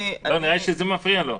נראה לי שזה מפריע לו.